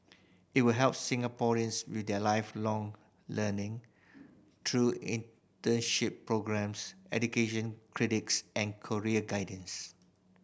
it will help Singaporeans with their Lifelong Learning through internship programmes education credits and career guidance